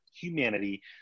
humanity